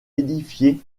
édifiée